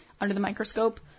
under-the-microscope